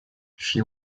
she